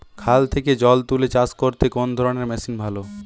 খাল থেকে জল তুলে চাষ করতে কোন ধরনের মেশিন ভালো?